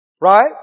Right